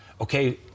okay